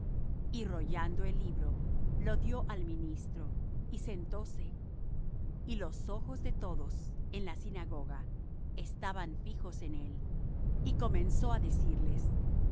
y rollando el libro lo dió al ministro y sentóse y los ojos de todos en la sinagoga estaban fijos en él y comenzó á decirles